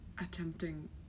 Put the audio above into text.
attempting